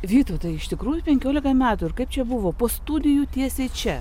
vytautai iš tikrųjų penkiolika metų ir kaip čia buvo po studijų tiesiai čia